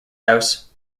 house